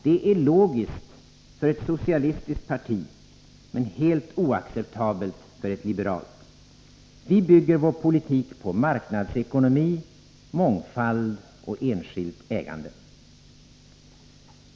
Det är logiskt för ett socialistiskt parti, men helt oacceptabelt för ett liberalt. Vi bygger vår politik på marknadsekonomi, mångfald och enskilt ägande.